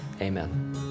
Amen